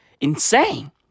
insane